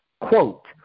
quote